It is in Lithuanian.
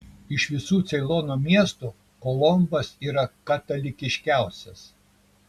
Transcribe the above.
iš visų ceilono miestų kolombas yra katalikiškiausias